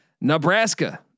Nebraska